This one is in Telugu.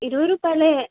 ఇరవై రూపాయిలే